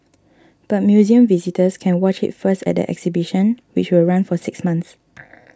but museum visitors can watch it first at the exhibition which will run for six months